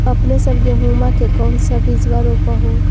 अपने सब गेहुमा के कौन सा बिजबा रोप हू?